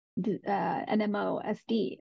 NMOSD